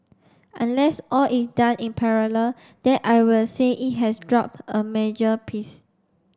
unless all is done in parallel then I will say it has dropped a major piece